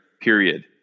Period